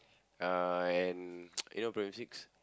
uh and you know primary six